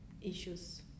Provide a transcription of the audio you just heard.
issues